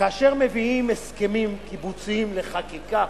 כאשר מביאים הסכמים קיבוציים לחקיקה,